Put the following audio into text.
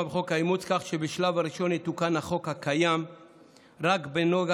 בחוק האימוץ כך שבשלב הראשון יתוקן החוק הקיים רק בנוגע